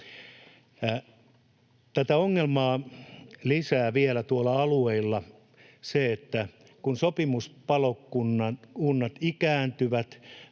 Tätä ongelmaa lisää tuolla alueilla vielä se, että kun sopimuspalokunnat ikääntyvät